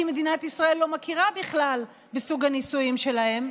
כי מדינת ישראל לא מכירה בכלל בסוג הנישואים שלהם,